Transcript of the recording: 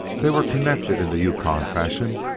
they were connected in the yukon fashion,